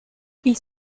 ils